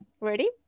Ready